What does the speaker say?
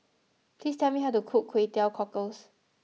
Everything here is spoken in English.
please tell me how to cook Kway Teow Cockles